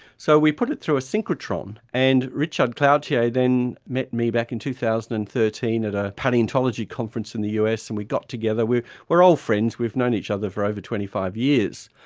so we put it through a synchrotron, and richard cloutier then met me back in two thousand and thirteen at a palaeontology conference in the us and we got together, we're we're old friends, we've known each other for over twenty five years.